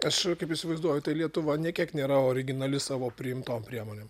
aš kaip įsivaizduoju tai lietuva nė kiek nėra originali savo priimtom priemonėm